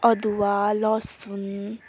अदुवा लसुन